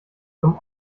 zum